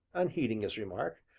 unheeding his remark,